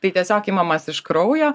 tai tiesiog imamas iš kraujo